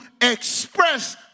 express